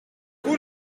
vous